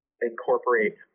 incorporate